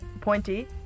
pointy